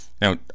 now